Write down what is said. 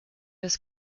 was